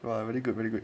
!wah! very good very good